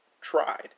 tried